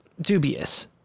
dubious